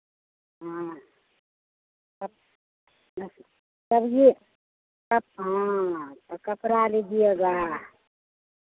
हाँ सब्जी अप हाँ तो कपड़ा लीजिएगा